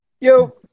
yo